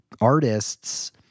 artists